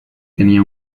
tenía